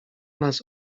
nas